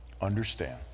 understand